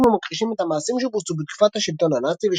דברים המכחישים את המעשים שבוצעו בתקופת השלטון הנאצי